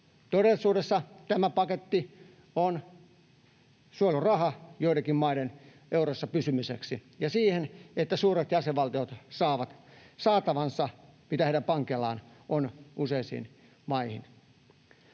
Todellisuudessa tämä paketti on suojeluraha joidenkin maiden eurossa pysymiseksi ja siihen, että suuret jäsenvaltiot saavat saatavansa, joita heidän pankeillaan on useisiin maihin.